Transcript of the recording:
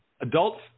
adults